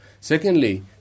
Secondly